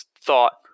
thought